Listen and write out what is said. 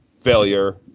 failure